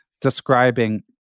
describing